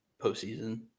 postseason